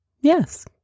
Yes